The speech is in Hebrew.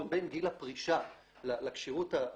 - בין גיל הפרישה לכשירות הבריאותית,